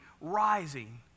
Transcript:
rising